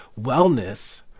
wellness